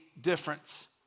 difference